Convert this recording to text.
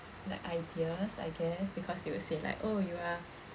like ideas I guess because they will say like oh you are